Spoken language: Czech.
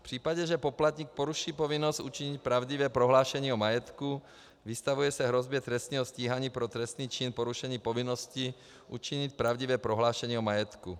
V případě, že poplatník poruší povinnost učinit pravdivé prohlášení o majetku, vystavuje se hrozbě trestního stíhání pro trestný čin porušení povinnosti učinit pravdivé prohlášení o majetku.